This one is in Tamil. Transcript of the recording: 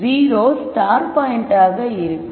0 ஸ்டார் பாயிண்ட் ஆக இருக்கும்